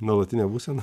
nuolatinė būsena